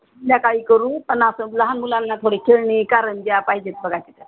संध्याकाळी करू पण असं लहान मुलांना थोडी खेळणी कारंज्या पाहिजेत बघा त्याच्यात